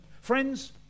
Friends